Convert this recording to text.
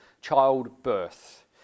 childbirth